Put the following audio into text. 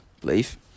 believe